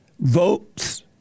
votes